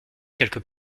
quelques